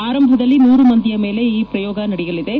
ಆರಂಭದಲ್ಲಿ ನೂರು ಮಂದಿಯ ಮೇಲೆ ಈ ಪ್ರಯೋಗ ನಡೆಯಲಿವೆ